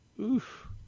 Oof